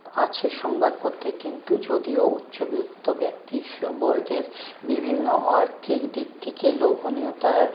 আছে সংবাদপত্রের কিন্তু যদিও উচ্চবিত্ত ব্যক্তিবর্গের বিভিন্ন আর্থিক দিক থেকে লোভনীয়তার